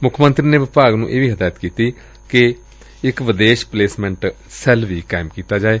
ਮੁੱਖ ਮੰਤਰੀ ਨੇ ਵਿਭਾਗ ਨੂੰ ਇਹ ਵੀ ਹਦਾਇਤ ਕੀਤੀ ਕਿ ਇਕ ਵਿਦੇਸ਼ੀ ਪਲੇਸਮੈਂਟ ਸੈੱਲ ਕਾਇਮ ਕੀਤਾ ਜਾਏ